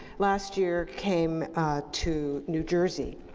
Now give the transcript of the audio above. last year came to new jersey,